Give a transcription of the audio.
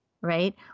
right